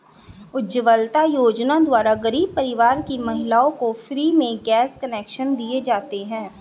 उज्जवला योजना द्वारा गरीब परिवार की महिलाओं को फ्री में गैस कनेक्शन दिए जाते है